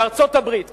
בארצות-הברית.